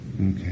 Okay